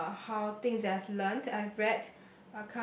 uh how things that I've learnt I've read